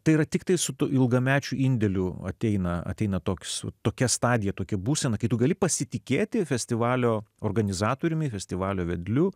tai yra tiktai su tų ilgamečių indėliu ateina ateina toks tokia stadija tokia būsena kai tu gali pasitikėti festivalio organizatoriumi festivalio vedliu